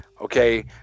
okay